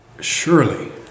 surely